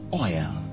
oil